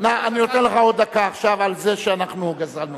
אני נותן לך עוד דקה עכשיו על זה שאנחנו גזלנו.